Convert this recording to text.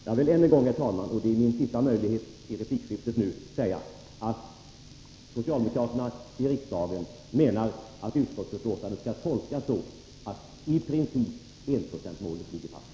Jag vill än en gång, herr talman — det är min sista möjlighet i detta replikskifte — säga att socialdemokraterna i riksdagen menar att utskottsbetänkandet skall tolkas så att enprocentsmålet i princip ligger fast.